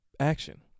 action